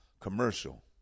commercial